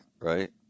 right